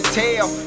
tell